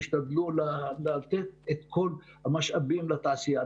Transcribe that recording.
תשתדלו לתת את כל המשאבים לתעשייה.